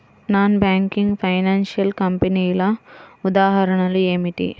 Non banking financial కంపెనీల ఉదాహరణలు ఏమిటి?